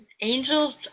angels